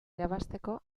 irabazteko